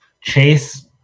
chase